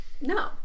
No